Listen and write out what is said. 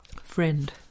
Friend